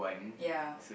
ya